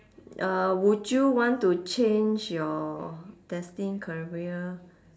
uh would you want to change your destined career